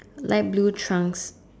light blue trunks